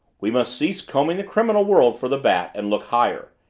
we must cease combing the criminal world for the bat and look higher.